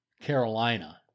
Carolina